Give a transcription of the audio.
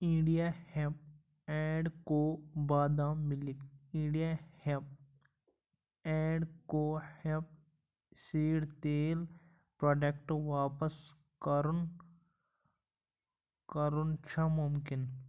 India hemp and co بادام milk India hemp and co hemp seed تیٖل product واپس کَرُن کَرُن چھا مُمکِن